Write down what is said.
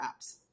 apps